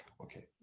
okay